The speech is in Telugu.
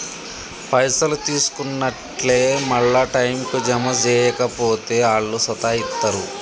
పైసలు తీసుకున్నట్లే మళ్ల టైంకు జమ జేయక పోతే ఆళ్లు సతాయిస్తరు